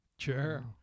Sure